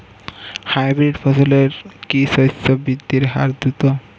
Hybrid ফসলের কি শস্য বৃদ্ধির হার দ্রুত?